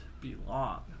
belong